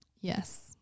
Yes